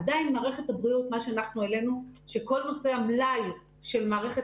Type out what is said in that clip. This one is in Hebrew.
עדיין מערכת הבריאות מה שאנחנו העלינו שכל נושא המלאי של מערכת